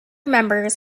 members